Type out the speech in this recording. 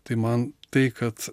tai man tai kad